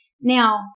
Now